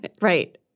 Right